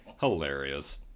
hilarious